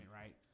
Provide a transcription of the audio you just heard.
right